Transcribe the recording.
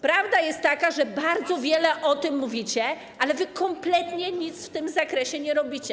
Prawda jest taka, że bardzo wiele o tym mówicie, ale wy kompletnie nic w tym zakresie nie robicie.